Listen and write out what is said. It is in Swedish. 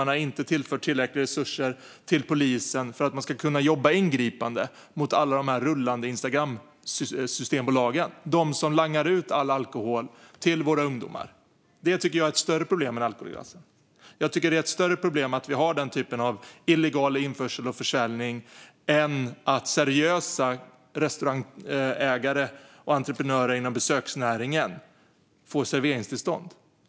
Man har heller inte tillfört tillräckliga resurser till polisen för att kunna jobba ingripande mot alla de rullande Instagramsystembolagen, som langar ut all alkohol till våra ungdomar. Det tycker jag är ett större problem än alkoglassen. Jag tycker att det är ett större problem att vi har den typen av illegal införsel och försäljning än att seriösa restaurangägare och entreprenörer inom besöksnäringen får serveringstillstånd.